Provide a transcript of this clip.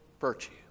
virtue